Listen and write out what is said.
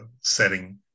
setting